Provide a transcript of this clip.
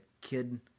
kid